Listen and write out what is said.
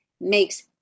Makes